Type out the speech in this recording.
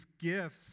gifts